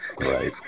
Right